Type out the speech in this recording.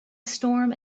storm